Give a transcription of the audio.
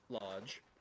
lodge